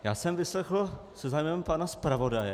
Já jsem vyslechl se zájmem pana zpravodaje.